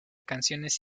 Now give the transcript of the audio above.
canciones